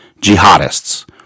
jihadists